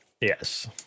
Yes